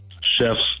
Chef's